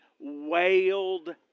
wailed